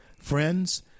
friends